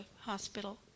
hospital